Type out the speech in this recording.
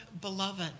beloved